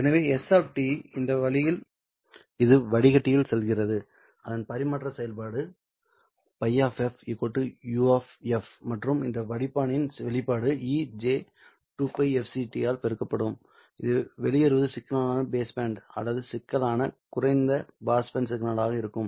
எனவே S இந்த வழியில் வருகிறது இது வடிகட்டியில் செல்கிறது அதன் பரிமாற்ற செயல்பாடு ϕ U மற்றும் இந்த வடிப்பானின் வெளியீடு e j2πfct ஆல் பெருக்கப்படும் வெளியேறுவது சிக்கலான பேஸ் பேண்ட் அல்லது சிக்கலான குறைந்த பாஸ் சிக்னலாக இருக்கும்